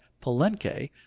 Palenque